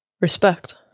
Respect